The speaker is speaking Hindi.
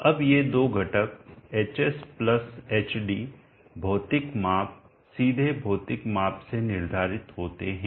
अब ये दो घटक hshd भौतिक माप सीधे भौतिक माप से निर्धारित होते हैं